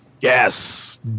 Yes